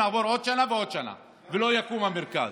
נעבור עוד שנה ועוד שנה ולא יקום המרכז,